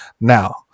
Now